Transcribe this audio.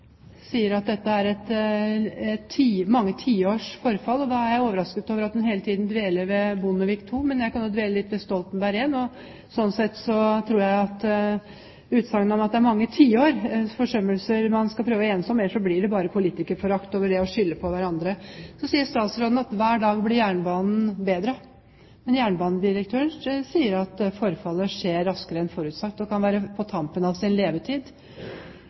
sier at dette dreier seg om mange tiårs forfall, og da er jeg overrasket over at hun hele tiden dveler ved Bondevik II. Men jeg kan jo dvele litt ved Stoltenberg I – og sånn sett tror jeg at det er utsagnet om at det er mange tiårs forsømmelser man skal prøve å enes om. Det fører bare til politikerforakt, det å skylde på hverandre. Så sier statsråden at hver dag blir jernbanen bedre. Men jernbanedirektøren sier at forfallet skjer raskere enn forutsatt, og at infrastrukturen på jernbanenettet kan være på tampen av sin levetid.